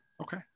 Okay